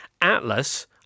Atlas